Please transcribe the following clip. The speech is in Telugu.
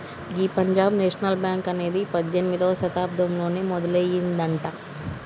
గీ పంజాబ్ నేషనల్ బ్యాంక్ అనేది పద్దెనిమిదవ శతాబ్దంలోనే మొదలయ్యిందట